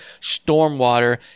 stormwater